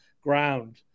ground